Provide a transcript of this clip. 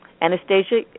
Anastasia